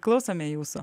klausome jūsų